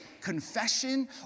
confession